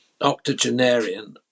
octogenarian